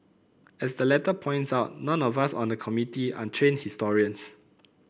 as the letter points out none of us on the Committee are trained historians